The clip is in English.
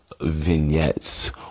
vignettes